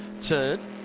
turn